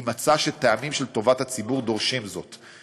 אם מצא שטעמים של טובת הציבור דורשים זאת.